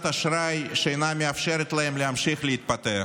אשראי שאינה מאפשרת להם להמשיך להתפתח.